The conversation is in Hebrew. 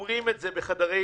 אומרים את זה בחדרים